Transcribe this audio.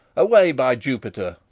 away! by jupiter,